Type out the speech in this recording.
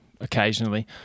occasionally